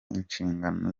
inshingano